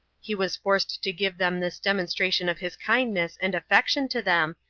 he was forced to give them this demonstration of his kindness and affection to them,